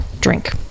drink